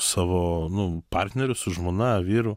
savo nu partneriu su žmona vyru